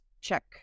check